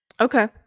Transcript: Okay